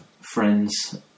friends